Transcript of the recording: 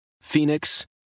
phoenix